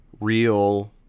real